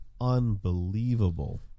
unbelievable